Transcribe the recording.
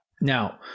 Now